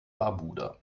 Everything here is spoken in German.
barbuda